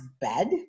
bed